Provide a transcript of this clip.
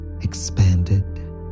...expanded